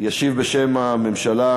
למה את